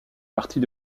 partie